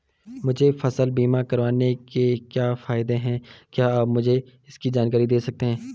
मुझे फसल बीमा करवाने के क्या फायदे हैं क्या आप मुझे इसकी जानकारी दें सकते हैं?